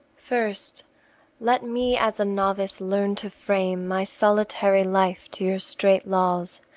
first let me as a novice learn to frame my solitary life to your strait laws,